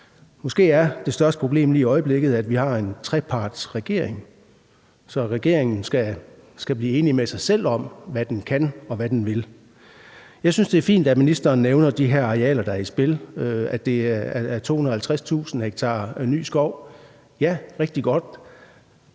Måske er det største problem lige i øjeblikket, at vi har en trepartsregering, så regeringen skal blive enig med sig selv om, hvad den kan, og hvad den vil. Jeg synes, det er fint, at ministeren nævner de her arealer, der er i spil, altså at det er 250.000 ha ny skov. Ja, det er rigtig godt.